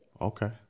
Okay